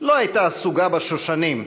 לא הייתה סוגה בשושנים,